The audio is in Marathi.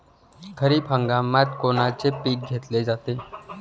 खरिप हंगामात कोनचे पिकं घेतले जाते?